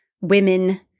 women